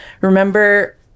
Remember